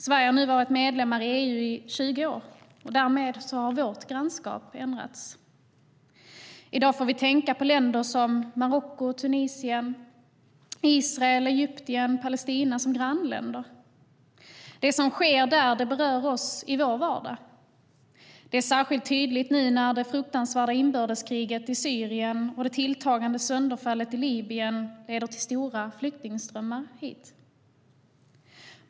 Sverige har nu varit medlem i EU i 20 år, och därmed har vårt grannskap förändrats. I dag får vi tänka på länder som Marocko, Tunisien, Israel, Egypten och Palestina som grannländer. Det som sker där berör oss i vår vardag. Det är särskilt tydligt nu när det fruktansvärda inbördeskriget i Syrien och det tilltagande sönderfallet i Libyen leder till stora flyktingströmmar hit.